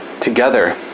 Together